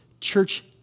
church